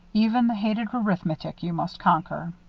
even the hated arithmetic you must conquer.